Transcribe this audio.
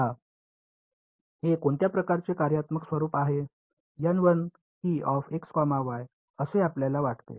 आता हे कोणत्या प्रकारचे कार्यात्मक स्वरूपात आहे असे आपल्याला वाटते